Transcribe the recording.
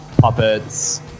Puppets